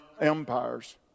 empires